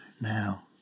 now